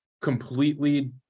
completely